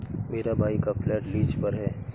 मेरे भाई का फ्लैट लीज पर है